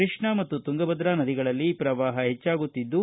ಕೃಷ್ಣಾ ಮತ್ತು ತುಂಗಭದ್ರಾ ನದಿಗಳಲ್ಲಿ ಪ್ರವಾಪ ಹೆಚ್ಚಾಗುತ್ತಿದ್ದು